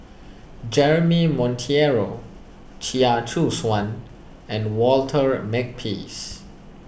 Jeremy Monteiro Chia Choo Suan and Walter Makepeace